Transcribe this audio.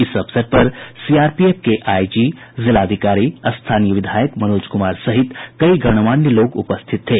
इस अवसर पर सीआरपीएफ के आईजी जिलाधिकारी स्थानीय विधायक मनोज कुमार सहित कई गणमान्य लोग उपस्थित थे